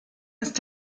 ist